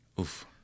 Oof